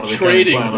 trading